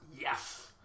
Yes